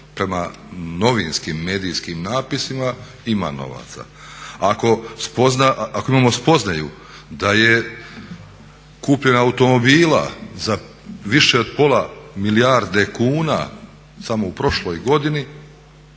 prema novinskim i medijskim napisima, ima novaca. Ako imamo spoznaju da je kupnja automobila za više od pola milijarde kuna samo u prošloj godini,